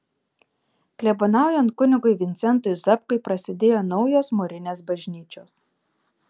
klebonaujant kunigui vincentui zapkui prasidėjo naujos mūrinės bažnyčios